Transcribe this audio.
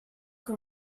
que